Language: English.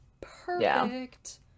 perfect